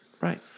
Right